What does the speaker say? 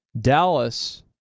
Dallas